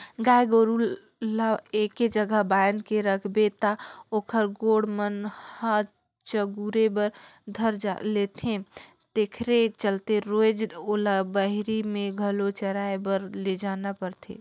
गाय गोरु ल एके जघा बांध के रखबे त ओखर गोड़ मन ह चगुरे बर धर लेथे तेखरे चलते रोयज ओला बहिरे में घलो चराए बर लेजना परथे